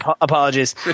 apologies